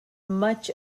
much